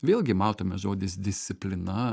vėlgi matome žodis disciplina